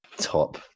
top